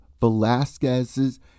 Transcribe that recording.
Velasquez's